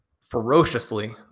ferociously